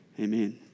Amen